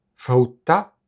Frutta